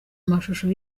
mashusho